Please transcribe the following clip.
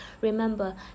Remember